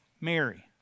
Mary